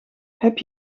heb